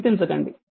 చింతించకండి